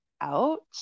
out